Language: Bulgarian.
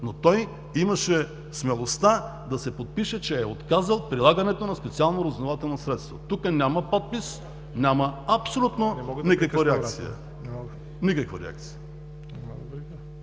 но той имаше смелостта да се подпише, че е отказал прилагането на специално разузнавателно средство. Тук няма подпис, няма абсолютно никаква реакция.